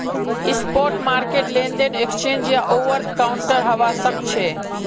spot market लेनदेन exchange या over the counter हवा सक्छे